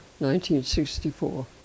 1964